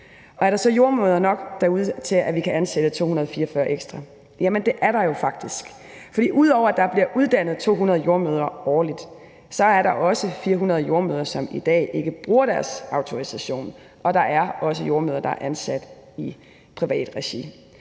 Er der så jordemødre nok derude til, at vi kan ansætte 244 ekstra? Jamen det er der jo faktisk, for ud over at der bliver uddannet 200 jordemødre årligt, er der også 400 jordemødre, som i dag ikke bruger deres autorisation, og der er også jordemødre, der er ansat i privat regi.